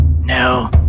no